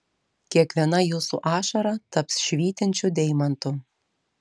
kiekviena jūsų ašara taps švytinčiu deimantu